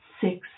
six